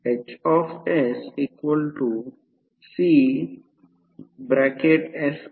ते कसे करावे हे फक्त काळजीपूर्वक ऐका